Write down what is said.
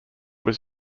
was